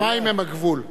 השמים הם הגבול.